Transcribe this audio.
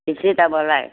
बेसे दामआलाय